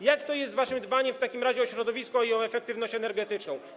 Jak jest z waszym dbaniem w takim razie o środowisko i o efektywność energetyczną?